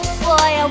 boy